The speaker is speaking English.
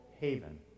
haven